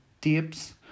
tips